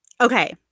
Okay